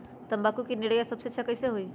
तम्बाकू के निरैया सबसे अच्छा कई से होई?